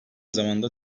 zamanda